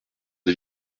des